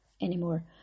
anymore